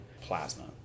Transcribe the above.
plasma